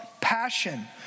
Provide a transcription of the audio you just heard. passion